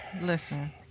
Listen